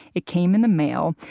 it came in the mail.